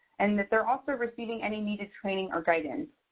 and that they're also receiving any needed training or guidance.